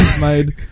made